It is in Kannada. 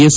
ಎಸ್